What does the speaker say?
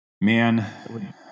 Man